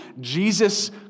Jesus